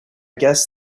guess